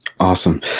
Awesome